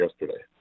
yesterday